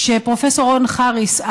כשפרופ' רון חריס,